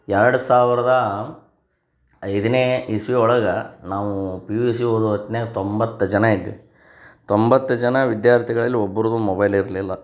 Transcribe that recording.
ಎರಡು ಸಾವಿರದ ಐದನೇ ಇಸವಿ ಒಳಗೆ ನಾವು ಪಿ ಯು ಸಿ ಓದೋ ಹೊತ್ನ್ಯಾಗ ತೊಂಬತ್ತು ಜನ ಇದ್ವಿ ತೊಂಬತ್ತು ಜನ ವಿದ್ಯಾರ್ಥಿಗಳಲ್ಲಿ ಒಬ್ರಿಗೂ ಮೊಬೈಲ್ ಇರಲಿಲ್ಲ